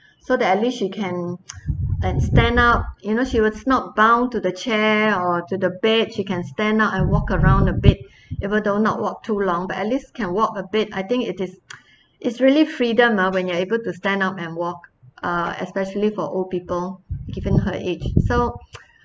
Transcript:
so that at least she can and stand up you know she was not bound to the chair or to the bed she can stand up and walk around a bit even though not walk too long but at least can walk a bit I think it is it's really freedom uh when you're able to stand up and walk uh especially for old people given her age so